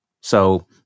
So-